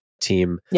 team